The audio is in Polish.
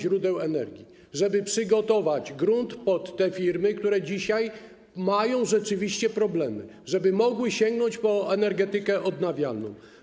źródeł energii, żeby przygotować grunt pod te firmy, które dzisiaj mają rzeczywiście problemy, żeby mogły sięgnąć po energetykę odnawialną.